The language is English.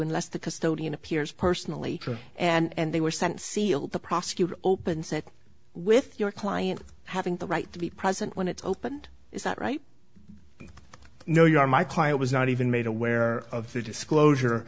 unless the custodian appears personally and they were sent sealed the prosecutor open sick with your client having the right to be present when it's opened is that right no you are my client was not even made aware of the disclosure